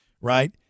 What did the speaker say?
right